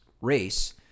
race